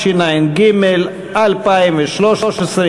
התשע"ג 2013,